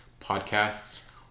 podcasts